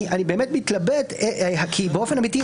אמרנו ונגיד שוב בהרכב הסיעתי הנוכחי קיבלנו חשבון פר ח"כ.